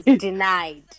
denied